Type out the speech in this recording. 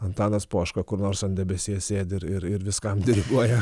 antanas poška kur nors ant debesies sėdi ir ir viskam diriguoja